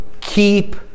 keep